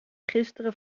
gisteren